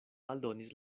aldonis